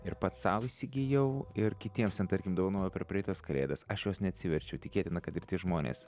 ir pats sau įsigijau ir kitiems ten tarkim dovanojau per praeitas kalėdas aš jos neatsiverčiau tikėtina kad ir tie žmonės